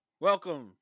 Welcome